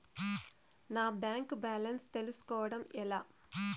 నా bank balance తెలుస్కోవడం ఎలా?